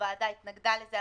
הוועדה התנגדה לזה,